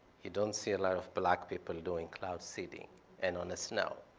you don't see a lot of black people doing cloud seeding and on the snow.